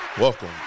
Welcome